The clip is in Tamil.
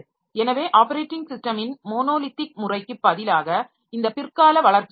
எனவே ஆப்பரேட்டிங் சிஸ்டமின் மோனோலித்திக் முறைக்கு பதிலாக இந்த பிற்கால வளர்ச்சி உள்ளது